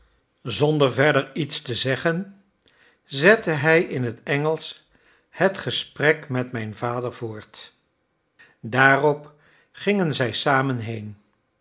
zonder verder iets te zeggen zette hij in het engelsch het gesprek met mijn vader voort daarop gingen zij samen heen